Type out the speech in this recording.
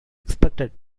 expected